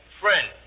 Friend